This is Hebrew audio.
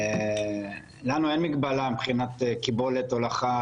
לנו אין מגבלה מבחינת קיבולת הולכה,